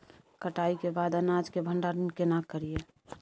कटाई के बाद अनाज के भंडारण केना करियै?